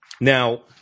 Now